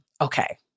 okay